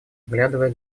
оглядывая